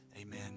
amen